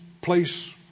place